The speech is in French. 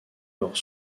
leur